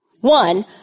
One